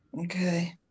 okay